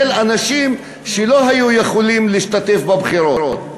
של אנשים שלא היו יכולים להשתתף בבחירות.